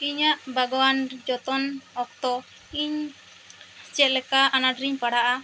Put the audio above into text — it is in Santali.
ᱤᱧᱟᱹᱜ ᱵᱟᱜᱚᱣᱟᱱ ᱡᱚᱛᱚᱱ ᱚᱠᱛᱚ ᱤᱧ ᱪᱮᱫ ᱞᱮᱠᱟ ᱟᱱᱟᱸᱴ ᱨᱮᱧ ᱯᱟᱲᱟᱜᱼᱟ